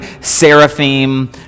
seraphim